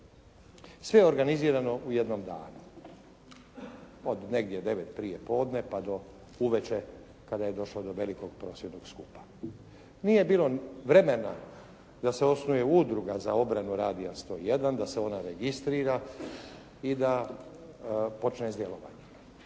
sve organizirano u jednom danu, od negdje 9 prije podne pa do uvečer kada je došlo do velikog prosvjednog skupa. Nije bilo vremena da se osnuje udruga za obranu Radia 101, da se ona registrira i da počne s djelovanjem.